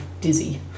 dizzy